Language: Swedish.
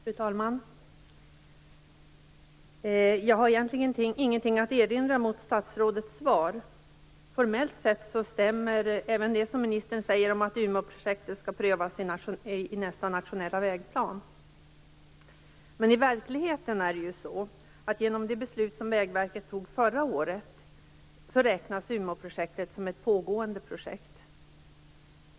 Fru talman! Jag har egentligen ingenting att erinra mot statsrådets svar. Formellt sett stämmer även det som ministern säger om att Umeåprojektet skall prövas i nästa nationella vägplan. Men i verkligheten är det så att Umeåprojektet genom det beslut som Vägverket fattade förra året räknas som ett pågående projekt.